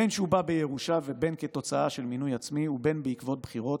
"'בין שהוא בא בירושה ובין כתוצאה של מינוי עצמי ובין בעקבות בחירות,